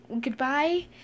goodbye